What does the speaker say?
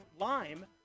lime